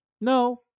No